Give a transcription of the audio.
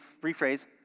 rephrase